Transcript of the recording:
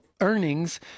earnings